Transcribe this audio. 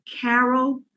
Carol